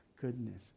goodness